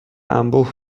انبوه